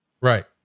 Right